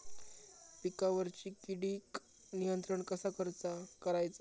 पिकावरची किडीक नियंत्रण कसा करायचा?